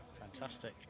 fantastic